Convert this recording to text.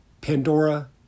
Pandora